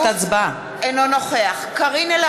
אינו נוכח חבר הכנסת חיים ילין,